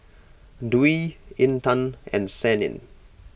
Dwi Intan and Senin